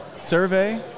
Survey